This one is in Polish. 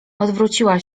odwróciła